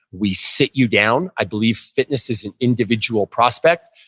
we sit you down, i believe fitness is an individual prospect.